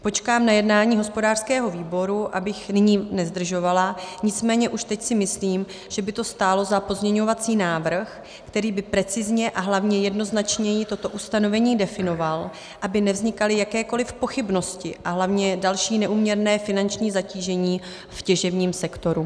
Počkám na jednání hospodářského výboru, abych nyní nezdržovala, nicméně už teď si myslím, že by to stálo za pozměňovací návrh, který by precizně a hlavně jednoznačněji toto ustanovení definoval, aby nevznikaly jakékoli pochybnosti a hlavně další neúměrné finanční zatížení v těžebním sektoru.